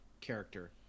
character